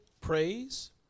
praise